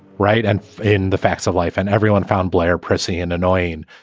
right. and in the facts of life. and everyone found blair prissy and annoying,